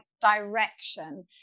direction